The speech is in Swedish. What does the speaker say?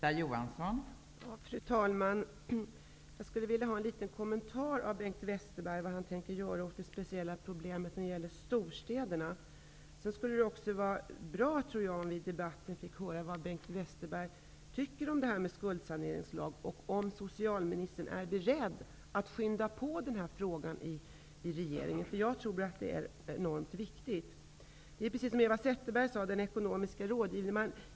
Fru talman! Jag skulle vilja ha en kommentar från Bengt Westerberg om vad han tänker göra åt de speciella problemen i storstäderna. Det skulle också vara bra om vi i debatten får höra vad Bengt Westerberg tycker om en skuldsaneringslag. Är socialministern beredd att skynda på den här frågan i regeringen? Jag tror att det är enormt viktigt. Det Eva Zetterberg sade om ekonomisk rådgivning stämmer.